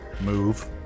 Move